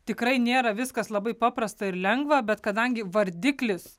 tikrai nėra viskas labai paprasta ir lengva bet kadangi vardiklis